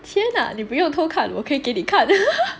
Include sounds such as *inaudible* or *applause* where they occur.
天啊你不用偷看我可以给你看 *laughs*